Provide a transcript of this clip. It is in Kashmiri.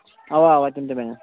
اَوا اَوا تِم تہِ بنن